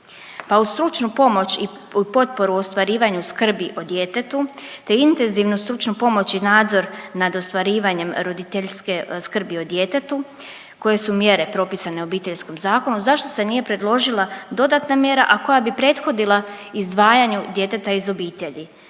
pa uz stručnu pomoć i potporu ostvarivanju skrbi o djetetu, te intenzivnu stručnu pomoć i nadzor nad ostvarivanjem roditeljske skrbi o djetetu, koje su mjere propisane u Obiteljskom zakonu, zašto se nije predložila dodatna mjera, a koja bi prethodila izdvajanju djeteta iz obitelji